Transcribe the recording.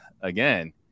again